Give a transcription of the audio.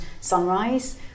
sunrise